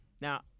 Now